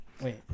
Wait